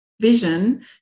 vision